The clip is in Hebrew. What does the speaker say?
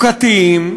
החוקתיים,